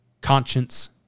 conscience